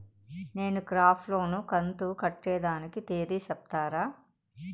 నేను crop loan కంతు కట్టేదానికి తేది సెప్తారా?